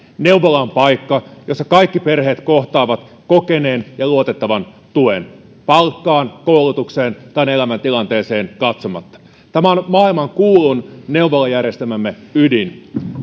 neuvola on paikka jossa kaikki perheet kohtaavat kokeneen ja luotettavan tuen palkkaan koulutukseen tai elämäntilanteeseen katsomatta tämä on maailmankuulun neuvolajärjestelmämme ydin